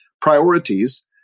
priorities